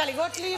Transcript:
טלי גוטליב,